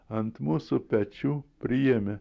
ant mūsų pečių priėmė